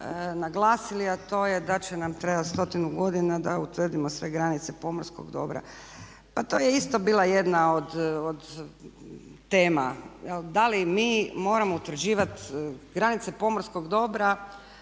naglasili, a to je da će nam trebati stotinu godina da utvrdimo sve granice pomorskog dobra. Pa to je isto bila jedna od tema da li mi moramo utvrđivati granice pomorskog dobra